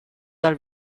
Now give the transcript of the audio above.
dal